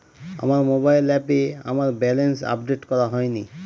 আমার মোবাইল অ্যাপে আমার ব্যালেন্স আপডেট করা হয়নি